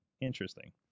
interesting